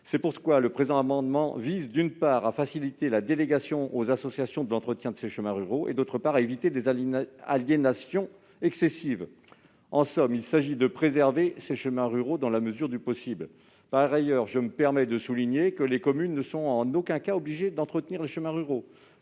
pas toujours le cas. Le présent amendement vise donc, d'une part, à faciliter la délégation aux associations de l'entretien de ces chemins ruraux et, d'autre part, à éviter des aliénations excessives. En somme, il s'agit de préserver ces chemins ruraux dans la mesure du possible. Par ailleurs, je me permets de souligner que les communes ne sont en aucun cas obligées d'entretenir ces chemins.